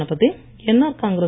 Selvaganapathi N R